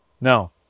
No